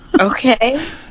Okay